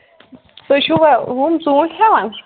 تُہۍ چھِوا یِم ژوٗنٹھۍ ہیٚوان